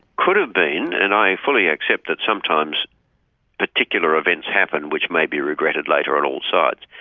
could have been. and i fully accept that sometimes particular events happen which may be regretted later on all sides.